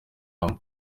hamwe